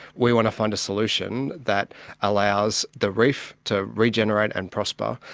we want to find a solution that allows the reef to regenerate and prosper,